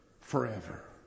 forever